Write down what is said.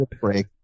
break